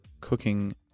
cooking